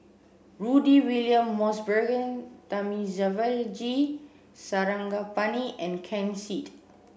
Rudy William Mosbergen Thamizhavel G Sarangapani and Ken Seet